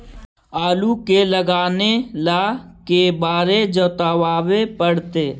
आलू के लगाने ल के बारे जोताबे पड़तै?